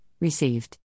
received